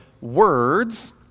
words